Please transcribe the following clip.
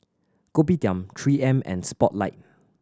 Kopitiam Three M and Spotlight